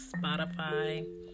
spotify